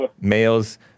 males